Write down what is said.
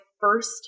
first